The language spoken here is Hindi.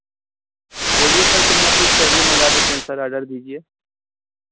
बोलिये सर कितना पीस चाहिए मंगा देते हें सर ऑर्डर दीजिए